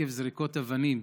עקב זריקות אבנים,